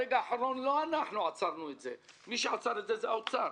ברגע האחרון לא אנחנו עצרנו את זה אלא משרד האוצר.